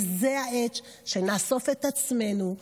וזו העת שנאסוף את עצמנו.